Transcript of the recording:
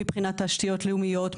מבחינת תשתיות לאומיות,